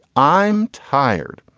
i'm tired.